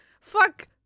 fuck